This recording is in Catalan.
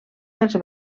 dels